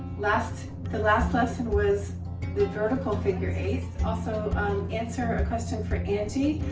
last the last lesson was the vertical figure eight. also answering a question for angie.